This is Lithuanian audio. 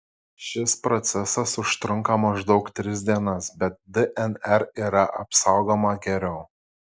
šis procesas užtrunka maždaug tris dienas bet dnr yra apsaugoma geriau